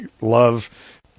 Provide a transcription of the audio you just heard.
love –